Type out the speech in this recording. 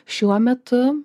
šiuo metu